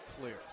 clear